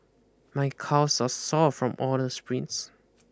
my calves are sore from all the sprints